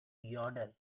yodel